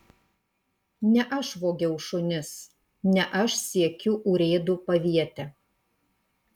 ne aš vogiau šunis ne aš siekiu urėdų paviete